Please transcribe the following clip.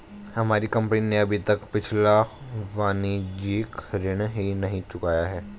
हमारी कंपनी ने अभी तक पिछला वाणिज्यिक ऋण ही नहीं चुकाया है